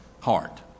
heart